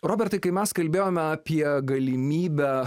robertai kai mes kalbėjome apie galimybę